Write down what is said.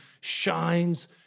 shines